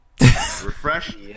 Refresh